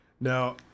Now